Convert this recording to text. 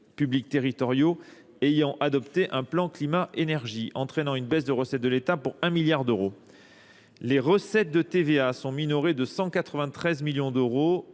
publics territoriaux ayant adopté un plan climat-énergie entraînant une baisse de recette de l'Etat pour 1 milliard d'euros. Les recettes de TVA sont minorées de 193 millions d'euros